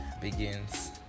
begins